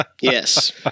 Yes